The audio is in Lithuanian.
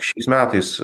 šiais metais